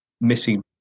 missing